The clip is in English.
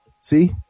See